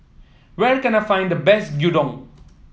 where can I find the best Gyudon